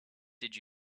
did